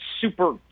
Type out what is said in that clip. super